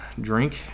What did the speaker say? drink